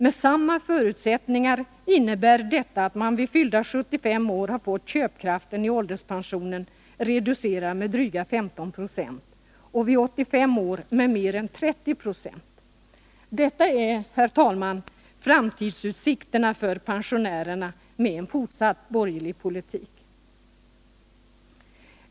Med samma förutsättningar innebär detta att man vid fyllda 75 år har fått ålderspensionens köpkraft reducerad med dryga 15 96 och vid 85 år med mer än 30 26. Detta är, herr talman, vid en fortsatt borgerlig politik framtidsutsikterna för pensionärerna.